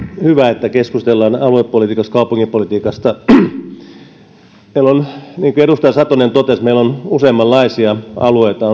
hyvä että keskustellaan aluepolitiikasta kaupunkipolitiikasta niin kuin edustaja satonen totesi meillä on useammanlaisia alueita